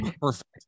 perfect